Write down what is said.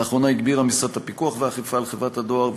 לאחרונה הגביר המשרד את הפיקוח והאכיפה על חברת הדואר,